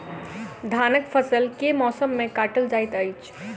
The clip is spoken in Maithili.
धानक फसल केँ मौसम मे काटल जाइत अछि?